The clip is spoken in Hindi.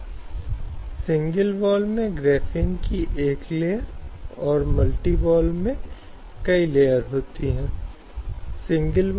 परंपरागत रूप से महिलाओं की भूमिका घरों तक ही सीमित थी